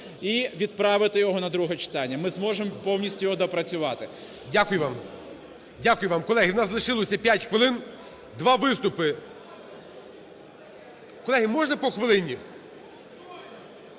і відправити його на друге читання. Ми зможемо повністю його доопрацювати. ГОЛОВУЮЧИЙ. Дякую вам. Дякую вам. Колеги, у нас лишилося 5 хвилин. Два виступи… Колеги, можна по хвилині?